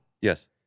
Yes